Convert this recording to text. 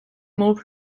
more